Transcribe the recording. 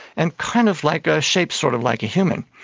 and kind of like ah shaped sort of like a human.